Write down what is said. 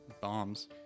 bombs